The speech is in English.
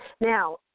Now